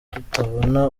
tutabona